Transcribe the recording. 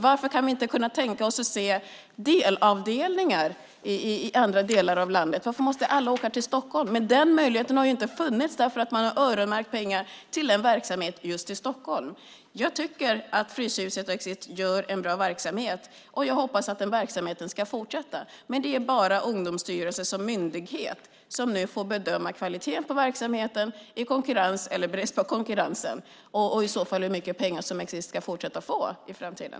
Varför skulle vi inte kunna tänka oss avdelningar i andra delar av landet? Varför måste alla åka till Stockholm? Möjligheten har inte funnits därför att man har öronmärkt pengar till en verksamhet just i Stockholm. Jag tycker att Fryshuset och Exit bedriver en bra verksamhet, och jag hoppas att den ska fortsätta. Men det är Ungdomsstyrelsen som myndighet som nu får bedöma kvaliteten på verksamheten i konkurrens och ta ställning till hur mycket pengar som Exit ska få i framtiden.